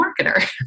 marketer